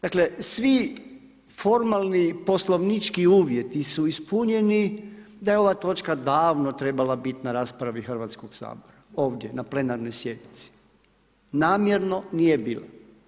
Dakle svi formalni poslovnički uvjeti su ispunjeni da je ova točka davno trebala biti na raspravi Hrvatskog sabora, ovdje na Plenarnoj sjednici, namjerno nije bila.